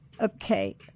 Okay